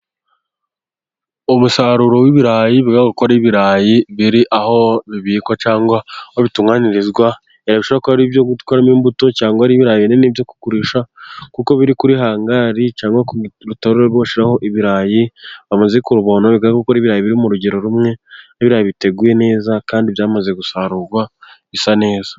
Umusaruro w'ibirayi uboko ari ibirayi biri aho bibikwa cyangwa aho bitunganyirizwa, ibirayi bishora kuba ari ibyo gutwaramo imbuto cyangwa ari ibirayi binini byo kugusha, kuko biri kuri hangari cyangwa ahantu bashira ibirayi bamaze ku bitunganganya, gukora ibirayi biri mu rugero rumwe, n'ibirayi biteguye neza kandi byamaze gusarurwa bisa neza.